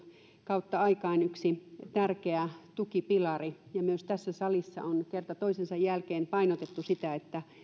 kautta aikain yksi tärkeä tukipilari ja myös tässä salissa on kerta toisensa jälkeen painotettu sitä että